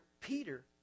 Peter